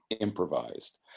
improvised